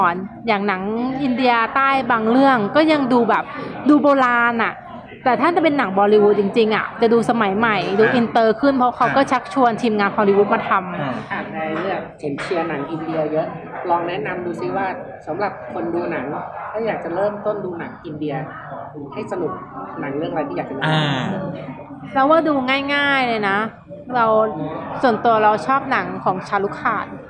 อย่างหนังอินเดียใต้บางเรื่องก็ยังดูแบบดูโบราณอะ แต่ถ้าจะเป็นหนังบอลลีวูดจริงๆอะ จะดูสมัยใหม่ดูอ่าอินเตอร์ขึ้นเพราะเขาก็อ่าชักชวนทีมงานฮอลลีวูดมาทำอ่าอ่ะ ในเรื่องเห็นเชียร์หนังอินเดียเยอะ ลองแนะนำดูซิว่าสำหรับคนดูหนังถ้าอยากจะเริ่มต้นดูหนังอินเดีย ให้สรุปหนังเรื่องอะไรที่อยากจะดูอ่าเราว่าดูง่ายๆเลยนะ เราส่วนตัวเราชอบหนังของชาลุกขาด